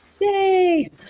Yay